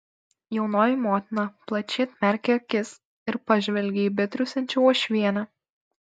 jaunoji motina plačiai atmerkė akis ir pažvelgė į betriūsiančią uošvienę